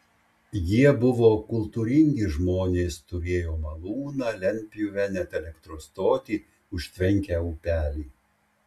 jie buvo kultūringi žmonės turėjo malūną lentpjūvę net elektros stotį užtvenkę upelį